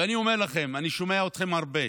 ואני אומר לכם, ואני שומע אתכם הרבה,